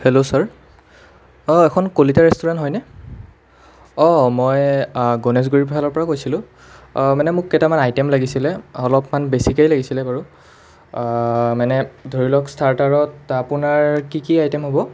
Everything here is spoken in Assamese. হেল্ল' ছাৰ অঁ এইখন কলিতা ৰেষ্টুৰেণ্ট হয়নে অঁ মই গণেশগুৰিৰ ফালৰ পৰা কৈছিলোঁ মানে মোক কেইটামান আইটেম লাগিছিলে অলপমান বেছিকেই লাগিছিলে বাৰু মানে ধৰি লওক ষ্টাৰ্টাৰত আপোনাৰ কি কি আইটেম হ'ব